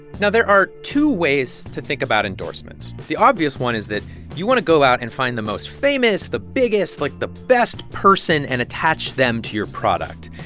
now, there are two ways to think about endorsements. the obvious one is that you want to go out and find the most famous, the biggest, like, the best person and attach them to your product.